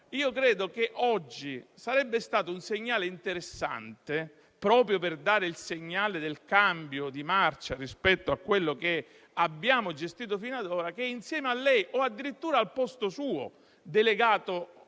però che oggi sarebbe stato un segnale interessante, proprio per dare il senso del cambio di marcia rispetto a quello che abbiamo gestito fino ad ora, che insieme a lei o addirittura al posto suo, delegato